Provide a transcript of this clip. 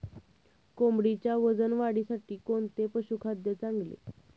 कोंबडीच्या वजन वाढीसाठी कोणते पशुखाद्य चांगले?